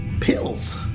pills